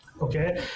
Okay